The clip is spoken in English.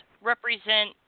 represent